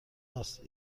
است